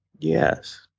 Yes